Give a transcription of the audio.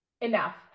enough